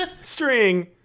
string